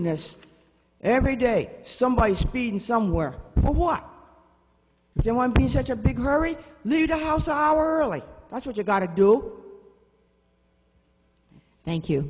this every day somebody speeding somewhere for what they want to do such a big hurry little house hour early that's what you gotta do thank you